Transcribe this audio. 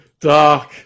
Dark